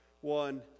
One